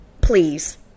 Please